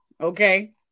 okay